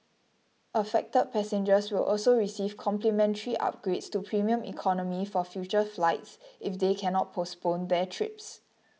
affected passengers will also receive complimentary upgrades to premium economy for future flights if they cannot postpone their trips